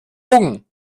augen